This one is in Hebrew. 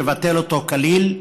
לבטל אותו כליל.